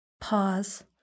Pause